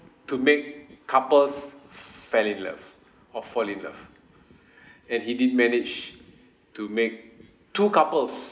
to make couples fell in love or fall in love and he did manage to make two couples